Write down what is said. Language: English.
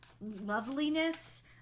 loveliness